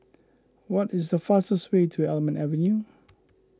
what is the fastest way to Almond Avenue